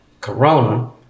Corona